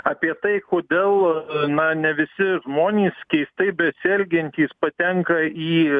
apie tai kodėl na ne visi žmonės keistai besielgiantys patenka į